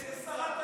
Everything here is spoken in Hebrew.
אין שרת תיירות.